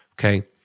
Okay